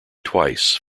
twice